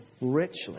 richly